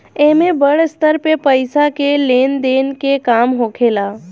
एमे बड़ स्तर पे पईसा के लेन देन के काम होखेला